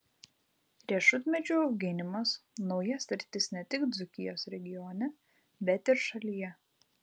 riešutmedžių auginimas nauja sritis ne tik dzūkijos regione bet ir šalyje